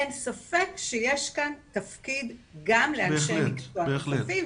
אין ספק שיש כאן תפקיד גם לאנשי מקצוע נוספים,